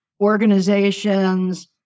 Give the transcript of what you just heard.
organizations